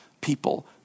people